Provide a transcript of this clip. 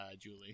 Julie